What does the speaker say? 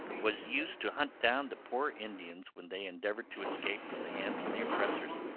was used to hunt down the poor indians when they endeavored to escape from the hands of the oppressors,